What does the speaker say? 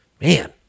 man